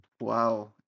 wow